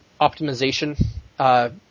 optimization